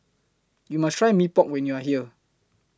YOU must Try Mee Pok when YOU Are here